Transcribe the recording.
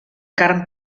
carn